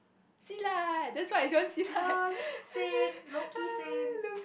see lah that's why I join Silat look